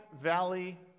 valley